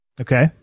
Okay